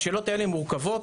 השאלות האלה מורכבות.